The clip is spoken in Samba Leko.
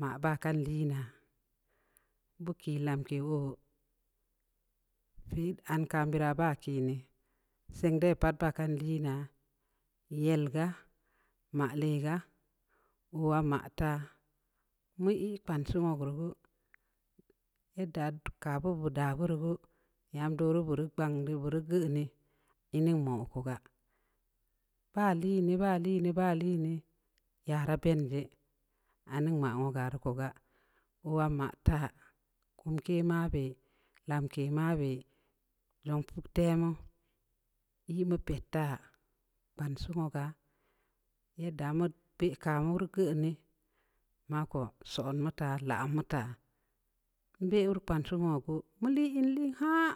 maa ban kan lii naa, beu kii lamke oo, bid ann kamburaa baa kehn dii, seng de pat baa kan lii naa, yel gaa, maa leh gaa, oowaa ma taa, mu yi kpansi nwogu rii gu, yedda kaa bu beud bu daa bu rii gu, nyaam doru beu rii kpang deu beu rii geun dii, in ning mau ko gaa, ba liin neh-ba liin neh-ba liin neh, ya raaa betn jeh, an ning maa nwoga rii ko gaa, oowaa, maa taa, kumke maaa beh, lamke mabe, zong puktemu, ii mu pet taa, gbansii woga, yedda mu bee kah mu rii geun di. ma ko son mu taa, lam mu taa, nbe rii kpansi wogu gu, mu lii in liin haaa.